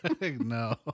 No